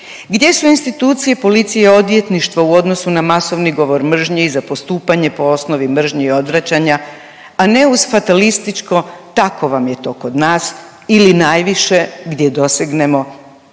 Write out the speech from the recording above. Gdje su institucije policije i odvjetništva u odnosu na masovni govor mržnje i za postupanje po osnovi mržnje i odvraćanja, a ne uz fatalističko „tako vam je to kod nas“ ili najviše gdje dosegnemo do